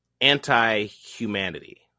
anti-humanity